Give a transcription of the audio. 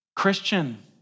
Christian